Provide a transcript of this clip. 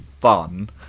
fun